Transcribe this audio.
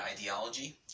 ideology